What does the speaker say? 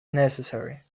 necessary